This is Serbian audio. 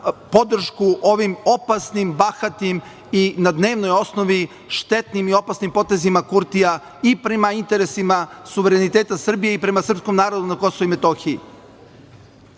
podršku ovim opasnim bahatim i na dnevnoj osnovi štetnim i opasnim potezima Kurtija i prema interesima suvereniteta Srbije i prema srpskom narodu na Kosovu i Metohiji. To